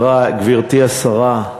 גברתי השרה,